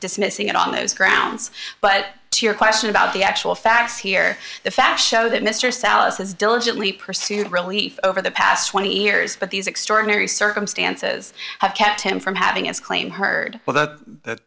dismissing it on those grounds but to your question about the actual facts here the facts show that mr salazar is diligently pursued relief over the past twenty years but these extraordinary circumstances have kept him from having its claim heard well that